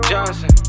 Johnson